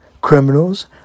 Criminals